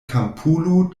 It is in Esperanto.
kampulo